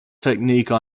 technique